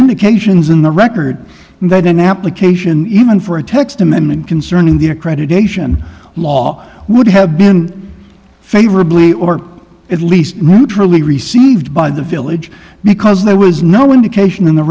indications in the record that an application even for a text amendment concerning the accreditation law would have been favorably or at least neutrally received by the village because there was no indication in the